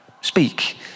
speak